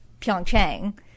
Pyeongchang